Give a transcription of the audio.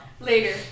Later